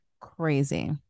crazy